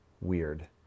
weird